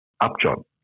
Upjohn